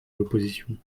l’opposition